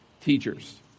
teachers